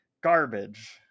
garbage